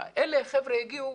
החבר'ה האלה הגיעו,